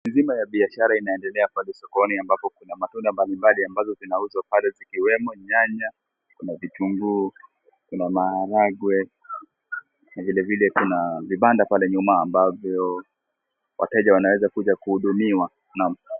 Biashara inaendelea pale sokoni ambapo kuna matunda mbalimbali ambazo zinauzwa pale ikiwemo nyanya, kuna vitunguu kuna maharagwe na viilevile kuna vibanda pale nyuma ambavyo wateja wanaweza kuja kuhudumiwa .